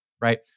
right